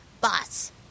boss